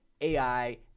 ai